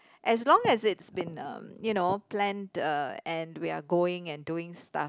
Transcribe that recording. as long as it's been um you know planned uh and we are going and doing stuff